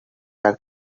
back